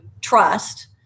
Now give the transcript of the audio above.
trust